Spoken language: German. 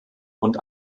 und